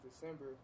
december